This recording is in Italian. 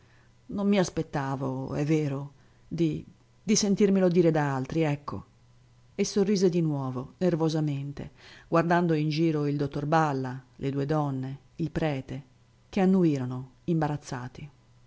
non mi aspettavo vero di di sentirmelo dire da altri ecco e sorrise di nuovo nervosamente guardando in giro il dottor balla le due donne il prete che annuirono